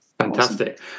Fantastic